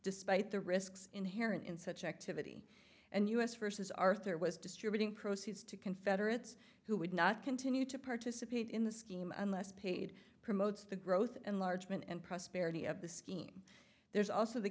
despite the risks inherent in such activity and us vs arthur was distributing proceeds to confederates who would not continue to participate in the scheme unless paid promotes the growth in large mn and prosperity of the scheme there's also the